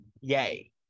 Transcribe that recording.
Yay